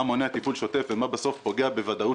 מה מונע תפעול שוטף ומה בסוף פוגע בוודאות